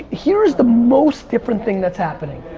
here's the most different thing that's happening,